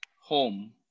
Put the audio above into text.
home